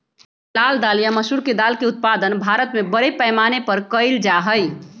लाल दाल या मसूर के दाल के उत्पादन भारत में बड़े पैमाने पर कइल जा हई